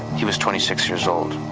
he was twenty six years old